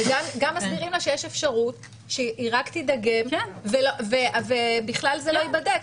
וגם מסבירים לה שיש אפשרות שהיא רק תידגם ובכלל זה לא ייבדק.